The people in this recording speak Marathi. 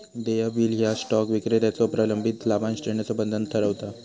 देय बिल ह्या स्टॉक विक्रेत्याचो प्रलंबित लाभांश देण्याचा बंधन ठरवता